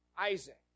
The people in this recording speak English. Isaac